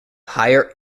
higher